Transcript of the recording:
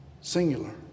Singular